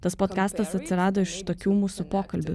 tas potkastas atsirado iš tokių mūsų pokalbių